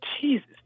Jesus